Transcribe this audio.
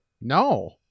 no